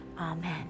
Amen